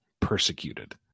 persecuted